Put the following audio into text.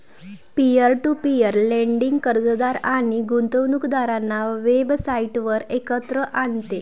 peer to peer lending कर्जदार आणि गुंतवणूकदारांना वेबसाइटवर एकत्र आणते